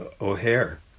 O'Hare